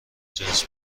جنس